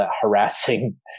harassing